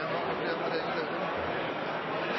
har gått med på